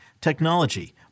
technology